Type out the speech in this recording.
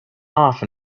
off